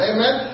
Amen